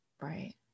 right